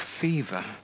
fever